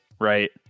right